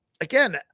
again